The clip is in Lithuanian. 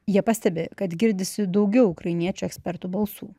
jie pastebi kad girdisi daugiau ukrainiečių ekspertų balsų